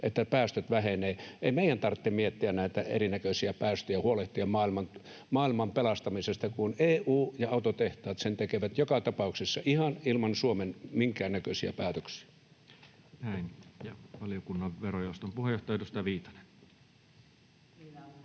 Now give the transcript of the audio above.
ja päästöt vähenevät. Ei meidän tarvitse miettiä näitä erinäköisiä päästöjä ja huolehtia maailman pelastamisesta, kun EU ja autotehtaat sen tekevät joka tapauksessa ihan ilman Suomen minkäännäköisiä päätöksiä. [Speech 103] Speaker: Toinen varapuhemies Juho